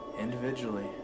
individually